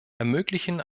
ermöglichen